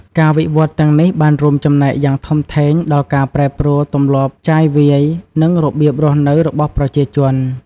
ការវិវត្តន៍ទាំងនេះបានរួមចំណែកយ៉ាងធំធេងដល់ការប្រែប្រួលទម្លាប់ចាយវាយ និងរបៀបរស់នៅរបស់ប្រជាជន។